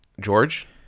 george